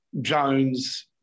Jones